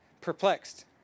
perplexed